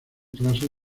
clases